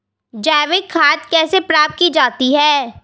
जैविक खाद कैसे प्राप्त की जाती है?